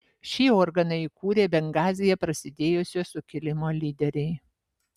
šį organą įkūrė bengazyje prasidėjusio sukilimo lyderiai